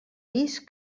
vist